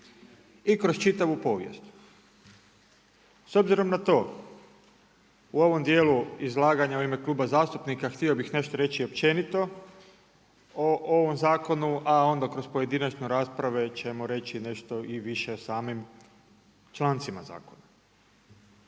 i kroz čitavu povijest. S obzirom na to u ovom dijelu izlaganja u ime Kluba zastupnika htio bih nešto reći općenito o ovom zakonu, a onda kroz pojedinačne rasprave ćemo reći i nešto više o samim člancima zakona.